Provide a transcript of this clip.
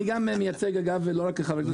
אני גם מייצג את הנושא לא רק כחבר כנסת